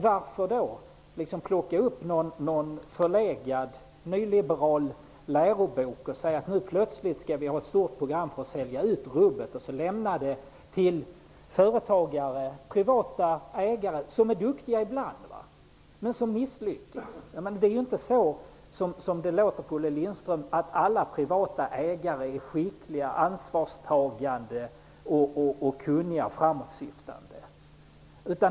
Varför plocka upp en förlegad nyliberal lärobok och säga att nu plötsligt skall vi ha ett stort program för att sälja ut rubbet och lämna det till privata ägare, som ibland är duktiga men som misslyckas ibland? Det är inte så som det låter på Olle Lindstöm, att alla privata ägare är skickliga, ansvarstagande, kunniga och framåtsyftande.